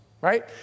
right